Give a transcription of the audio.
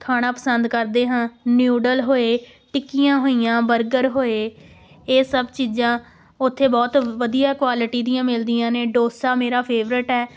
ਖਾਣਾ ਪਸੰਦ ਕਰਦੇ ਹਾਂ ਨਿਊਡਲ ਹੋਏ ਟਿੱਕੀਆਂ ਹੋਈਆਂ ਬਰਗਰ ਹੋਏ ਇਹ ਸਭ ਚੀਜ਼ਾਂ ਉੱਥੇ ਬਹੁਤ ਵਧੀਆ ਕੁਆਲਿਟੀ ਦੀਆਂ ਮਿਲਦੀਆਂ ਨੇ ਡੋਸਾ ਮੇਰਾ ਫੇਵਰੇਟ ਹੈ